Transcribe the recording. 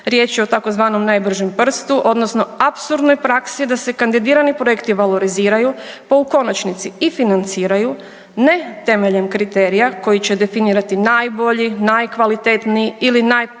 Riječ je o tzv. najbržem prstu odnosno apsurdnoj praksi da se kandidirani projekti valoriziraju pa u konačnici i financiraju ne temeljem kriterije koji će definirati najbolji, najkvalitetniji ili najpotrebitiji